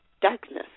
darkness